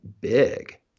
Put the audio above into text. big